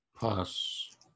Pass